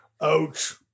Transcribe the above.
Ouch